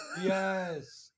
Yes